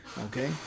okay